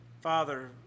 Father